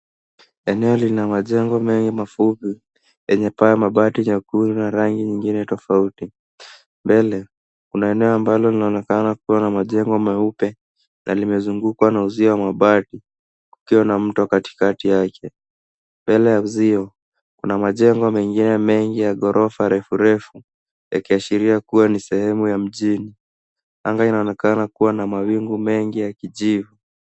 Eneo lina majengo mengi mafupi yenye paa ya mabati mekundu na rangi nyingine tofauti. Mbele kuna eneo ambalo linaonekana kuwa na majengo meupe na limezungukwa na uzio wa mabati kukiwa na mto katikati yake. Mbele ya uzio kuna majengo mengine mengine ya ghorofa refu refu yakiashiria kuwa ni sehemu ya mjini. Anga inaonekana kuwa na mawingu mengi ya kijivu.